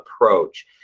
approach